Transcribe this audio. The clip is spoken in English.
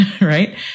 right